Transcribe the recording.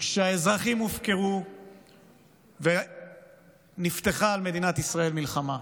כשהאזרחים הופקרו ונפתחה על מדינת ישראל מלחמה.